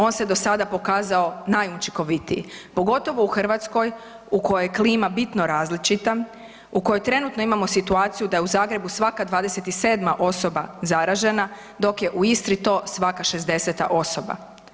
On se do sada pokazao najučinkovitiji, pogotovo u Hrvatskoj u kojoj je klima bitno različita, u kojoj trenutno imamo situaciju da je u Zagrebu svaka 27. osoba zaražena, dok je u Istri to svaka 60. osoba.